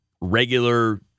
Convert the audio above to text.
regular